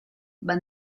but